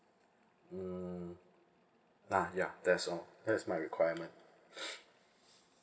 mm ah ya that's all that's my requirement